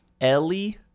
Ellie